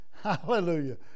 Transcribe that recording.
Hallelujah